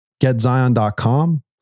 getzion.com